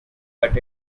but